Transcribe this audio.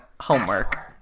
homework